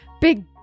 Big